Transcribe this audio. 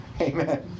Amen